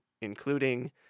including